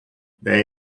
they